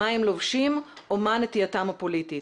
מה הם לובשים או מה היא נטייתם הפוליטית.